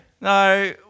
No